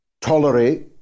tolerate